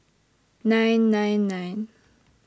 nine nine nine